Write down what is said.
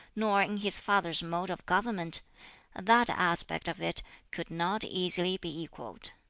nor in his father's mode of government that aspect of it could not easily be equalled